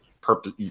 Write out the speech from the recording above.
purpose